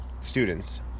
students